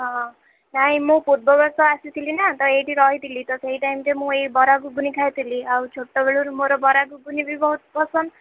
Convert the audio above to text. ହଁ ନାଇ ମୁଁ ପୂର୍ବ ବର୍ଷ ଆସିଥିଲି ନା ତ ଏଇଠି ରହିଥିଲି ତ ସେଇ ଟାଇମ୍ରେ ବରା ଗୁଗୁନି ଖାଇ ଥିଲି ଆଉ ଛୋଟ ବେଳରୁ ମୋର ବରା ଗୁଗୁନି ବି ବହୁତ ପସନ୍ଦ